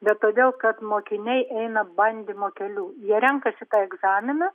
bet todėl kad mokiniai eina bandymo keliu jie renkasi tą egzaminą